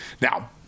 Now